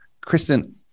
Kristen